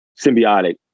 symbiotic